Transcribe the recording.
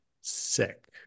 sick